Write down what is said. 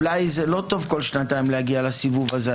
אולי זה לא טוב כל שנתיים להגיע לסיבוב הזה,